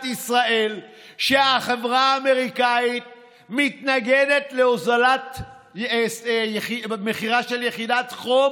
ישראל שהחברה האמריקנית מתנגדת להוזלת מחירה של יחידת חום